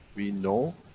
we know,